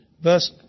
verse